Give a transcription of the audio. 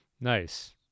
Nice